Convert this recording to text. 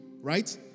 right